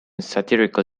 satirical